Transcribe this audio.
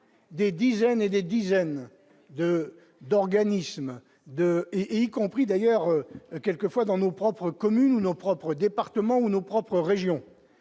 des dizaines et des dizaines de d'organismes de et et y compris d'ailleurs quelquefois dans nos propres commune nos propre département où nos propres régions,